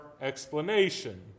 explanation